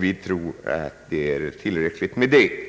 Vi tror att detta är tillräckligt.